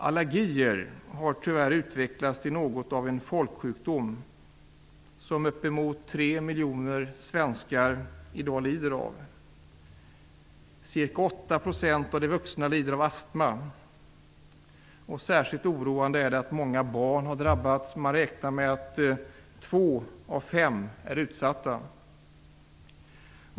Allergi har tyvärr utvecklats till något av en folksjukdom, som uppemot 3 miljoner svenskar i dag lider av. Ca 8 % av de vuxna lider av astma, och särskilt oroande är att många barn har drabbats. Man räknar med att två av fem är utsatta.